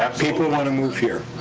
people wanna move here.